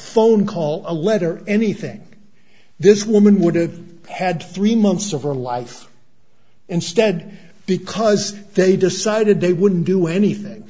phone call a letter anything this woman would have had three months of her life instead because they decided they wouldn't do anything